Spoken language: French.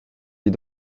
dis